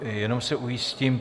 Jenom se ujistím.